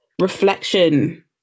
reflection